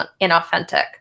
inauthentic